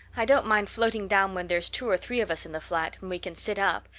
i don't mind floating down when there's two or three of us in the flat and we can sit up.